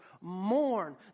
mourn